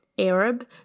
Arab